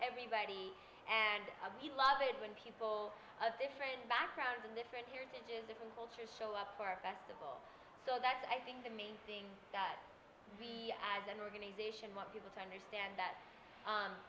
everybody and a good love it when people of different backgrounds and different eras and as different cultures show up for our festival so that's i think the main thing that the as an organization want people to understand that